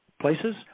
places